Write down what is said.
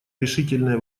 решительное